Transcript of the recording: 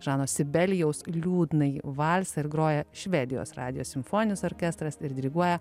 žano sibelijaus liūdnąjį valsą ir groja švedijos radijo simfoninis orkestras ir diriguoja